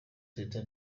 teta